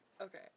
Okay